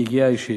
מיגיעה אישית.